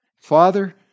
Father